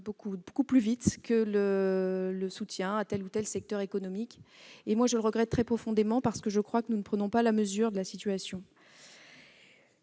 les discussions sur le soutien à tel ou tel secteur économique. Je le regrette très profondément, parce que je crois que nous ne prenons pas la mesure de la situation.